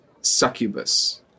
succubus